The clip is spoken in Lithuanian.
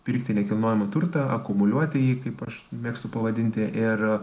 pirkti nekilnojamą turtą akumuliuoti jį kaip aš mėgstu pavadinti ir